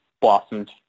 blossomed